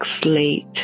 slate